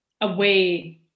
away